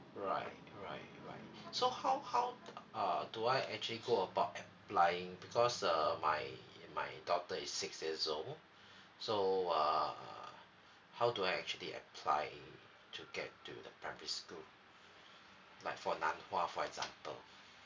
alright alright alright so how how uh do I actually go about applying because uh my my daughter is six years old so err how do I actually apply to get to the primary school like for nan hua for example